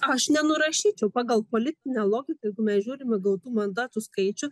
aš nenurašyčiau pagal politinę logiką jeigu mes žiūrim į gautų mandatų skaičių